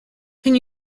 can